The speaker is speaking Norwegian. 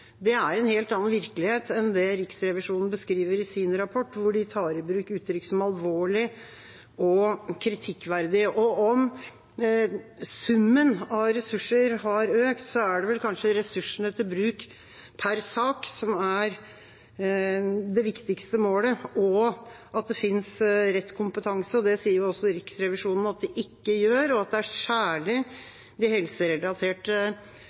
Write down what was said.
Det er en helt annen virkelighet enn den Riksrevisjonen beskriver i sin rapport, der de tar i bruk uttrykk som «alvorlig» og «kritikkverdig». Om summen av ressurser har økt, er det vel kanskje ressursene til bruk per sak som er det viktigste målet, og at det fins rett kompetanse. Det sier Riksrevisjonen at det ikke gjør, at det er særlig de helserelaterte